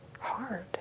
hard